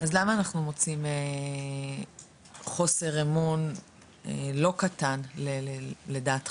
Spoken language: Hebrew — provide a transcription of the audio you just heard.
אז למה אנחנו מוצאים חוסר אמון לא קטן לדעתך?